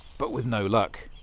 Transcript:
but with no luck.